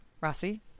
Rossi